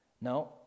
No